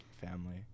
family